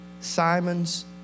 Simon's